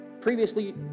previously